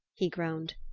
he groaned.